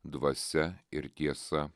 dvasia ir tiesa